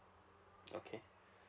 okay